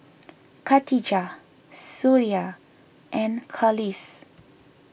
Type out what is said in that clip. Khatijah Suria and Khalish